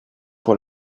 pour